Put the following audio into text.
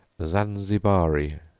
zanzibari,